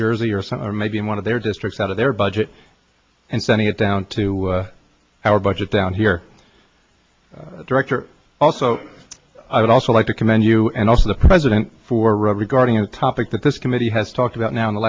jersey or some or maybe in one of their districts out of their budget and sending it down to our budget down here director also i would also like to commend you and also the president for regarding a topic that this committee has talked about now in the